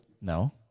No